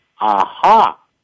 aha